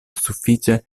sufiĉe